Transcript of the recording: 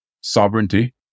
sovereignty